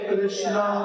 Krishna